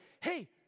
hey